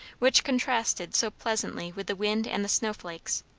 which contrasted so pleasantly with the wind and the snow-flakes,